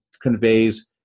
conveys